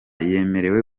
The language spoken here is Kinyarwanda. yemerewe